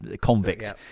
convict